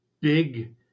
big